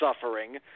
suffering